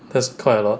that's quite a lot